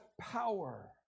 power